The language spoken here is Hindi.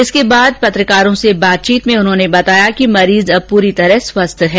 इसके बाद पत्रकारों से बातचीत में उन्होंने बताया कि मरीज अब पुरी तरह स्वस्थ है